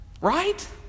right